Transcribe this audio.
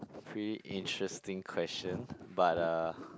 pretty interesting question but uh